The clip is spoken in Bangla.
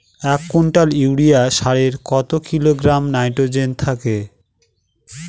এক কুইন্টাল ইউরিয়া সারে কত কিলোগ্রাম নাইট্রোজেন থাকে?